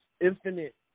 infinite